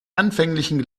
anfänglichen